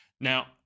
Now